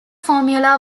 formula